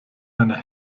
einer